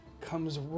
comes